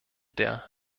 der